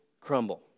crumble